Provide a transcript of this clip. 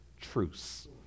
truce